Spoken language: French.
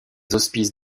hospices